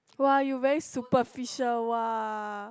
!wah! you very superficial !wah!